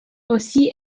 aussi